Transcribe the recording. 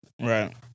Right